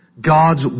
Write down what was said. God's